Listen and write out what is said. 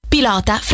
Pilota